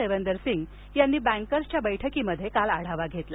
देवेंदर सिंह यांनी बँकर्सच्या बैठकीत काल आढावा घेतला